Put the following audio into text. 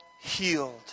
healed